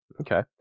Okay